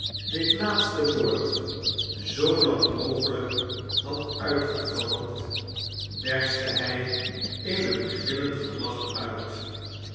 dit laatste woord zoolang mogelijk had uitgegalmd berstte hij in een gillend gelach uit